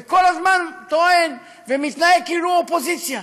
וכל הזמן טוען ומתנהג כאילו הוא אופוזיציה.